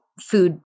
food